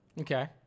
Okay